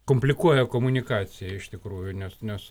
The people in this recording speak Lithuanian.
komplikuoja komunikaciją iš tikrųjų nes nes